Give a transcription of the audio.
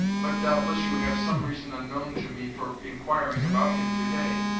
but, doubtless, you have some reason unknown to me for inquiring about him to-day.